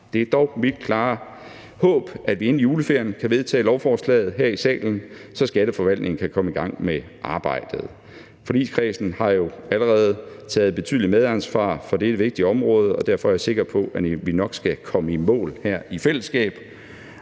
Det er dog mit klare håb, at vi inden juleferien kan vedtage lovforslaget her i salen, så skatteforvaltningen kan komme i gang med arbejdet. Forligskredsen har jo allerede taget betydeligt medansvar for dette vigtige område, og derfor er jeg sikker på, at vi nok skal komme i mål i fællesskab.